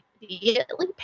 immediately